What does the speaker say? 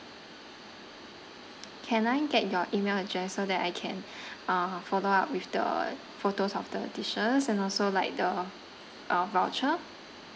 can I get your email address so that I can uh follow up with the photos of the dishes and also like the uh voucher